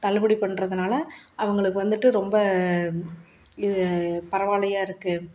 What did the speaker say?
தள்ளுபடி பண்ணுறதுனால அவங்களுக்கு வந்துட்டு ரொம்ப இது பரவாயில்லையா இருக்குது